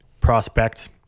prospects